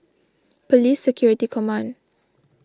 Police Security Command